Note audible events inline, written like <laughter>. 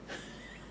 <laughs>